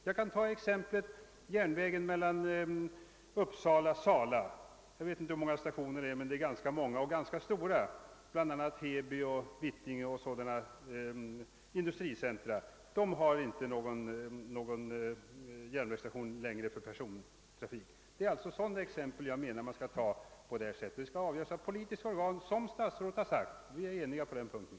Jag kan som exempel ta järnvägslinjen Uppsala—Sala. Jag vet inte hur många stationerna är på denna sträcka men de är ganska många och ganska stora — Heby och Vittinge och andra sådana industricentra. Dessa orter har inte längre någon järnvägsstation för persontrafik. Det är sådana exempel jag avser. Avgörandet skall fattas av politiska organ, vilket statsrådet också framhållit — vi är alltså eniga på den punkten.